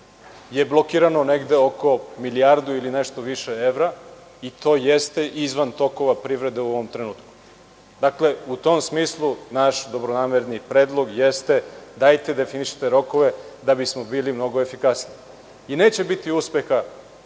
blokirano negde oko milijardu ili nešto više evra i to jeste izvan tokova privrede u ovom trenutku. Dakle, u tom smislu, naš dobronamerni predlog jeste da definišite rokove da bismo bili mnogo efikasniji. Neće biti uspeha,